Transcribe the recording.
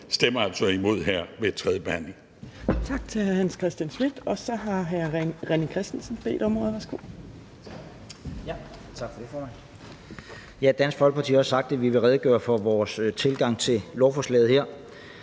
stemmer altså imod her ved tredjebehandlingen.